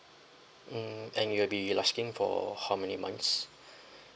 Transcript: mm then you'll be asking for how many months